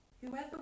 Whoever